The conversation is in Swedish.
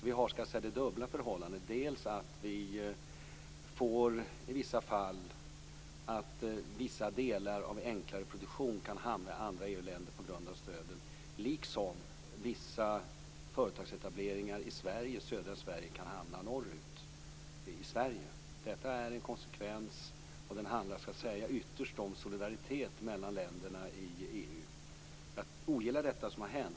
Vi har alltså det dubbla förhållandet, dels att vissa delar av enklare produktion kan hamna i andra EU-länder på grund av stöden, dels att vissa företagsetableringar i södra Sverige kan hamna i Norrland. Detta är en konsekvens som ytterst handlar om solidaritet mellan länderna i EU. Jag ogillar det som har hänt.